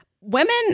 women